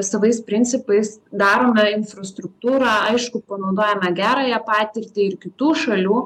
savais principais darome infrastruktūrą aišku panaudojame gerąją patirtį ir kitų šalių